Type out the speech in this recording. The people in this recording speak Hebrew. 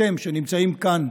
אתם, שנמצאים כאן,